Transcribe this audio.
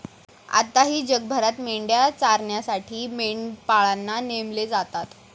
आताही जगभरात मेंढ्या चरण्यासाठी मेंढपाळांना नेमले जातात